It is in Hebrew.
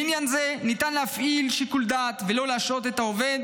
בעניין זה ניתן להפעיל שיקול דעת ולא להשעות את העובד